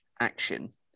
action